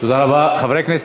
חבר הכנסת